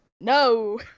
No